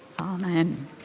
Amen